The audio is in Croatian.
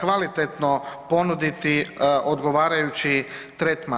kvalitetno ponuditi odgovarajući tretman.